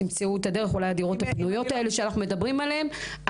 תמצאו את הדרך אולי הדירות הפנויות האלה שאנחנו מדברים עליהן.